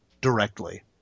directly